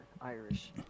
Irish